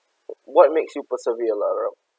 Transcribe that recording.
what makes you persevere lah